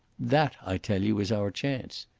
that, i tell you, is our chance.